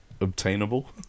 obtainable